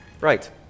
Right